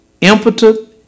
impotent